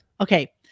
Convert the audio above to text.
Okay